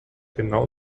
genau